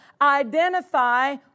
identify